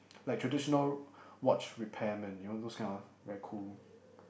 like traditional watch repairmen you know those kind of very cool